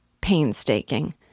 painstaking